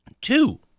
two